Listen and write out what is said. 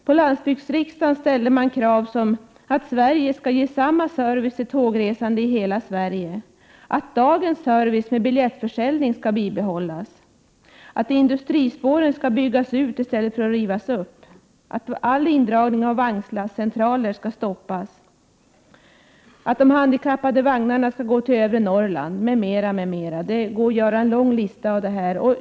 På landsbygdsriksdagen ställde man krav på att man i Sverige skall ge samma service åt tågresande i hela landet, att dagens service med biljettförsäljning skall bibehållas, att industrispåren skall byggas ut i stället för att rivas upp, att all indragning av vagnslastcentraler skall stoppas och att vagnarna för handikappade skall gå till övre Norrland m.m. Det går att göra en lång lista över kraven.